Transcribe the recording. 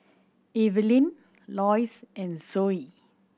Evelyne Loyce and Zoie